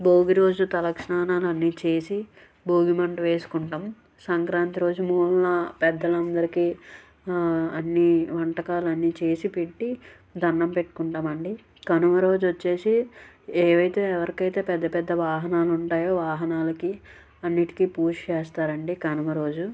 భోగిరోజు తలకి స్నానాలన్నీ చేసి భోగిమంట వేసుకుంటాం సంక్రాంతి రోజు మూలన పెద్దలందరికీ అన్నీ వంటకాలాన్ని చేసి పెట్టి దణ్ణంపెట్టుకుంటామండి కనుమరోజు వచ్చేసి ఏవయితే ఎవరికయితే పెద్ద పెద్ద వాహనాలుంటాయో వాహనాలకి అన్నిటికి పూజ చేస్తారండి కనమరోజు